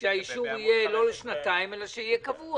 שהאישור יהיה לא לשנתיים אלא שיהיה אישור קבוע.